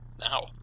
Now